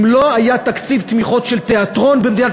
אם לא היה תקציב תמיכות של תיאטרון במדינת